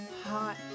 hot